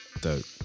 Dope